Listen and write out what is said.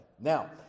Now